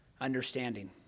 understanding